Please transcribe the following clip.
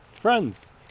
friends